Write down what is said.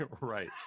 Right